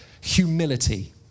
humility